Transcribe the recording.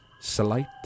Slight